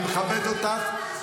אני מכבד אותך,